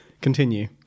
Continue